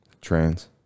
Trains